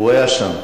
הוא היה שם,